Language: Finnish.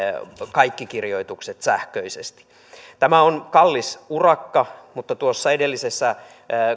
kaikki kirjoitukset sähköisesti tämä on kallis urakka mutta kun tuossa edellisessä